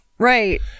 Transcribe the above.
Right